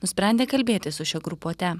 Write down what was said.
nusprendė kalbėtis su šia grupuote